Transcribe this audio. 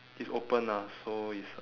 it's open ah so it's a